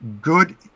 good